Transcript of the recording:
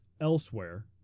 elsewhere